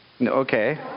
Okay